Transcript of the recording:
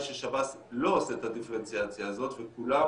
ששב"ס לא עושה את הדיפרנציאציה הזאת וכולם